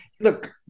look